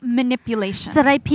manipulation